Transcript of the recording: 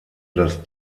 das